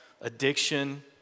addiction